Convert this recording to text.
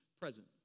present